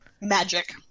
magic